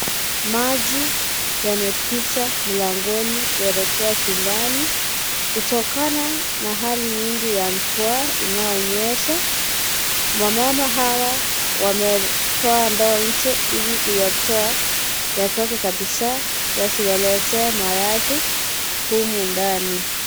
Maji yamepita mlangoni kuelekea chumbani kutokana na hali nyingi ya mvua inayonyesha . Wamama hawa wametoa ndoo nje ili kuyatoa yatoke kabisa yasiwalete maradhi humu ndani.